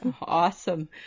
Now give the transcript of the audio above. awesome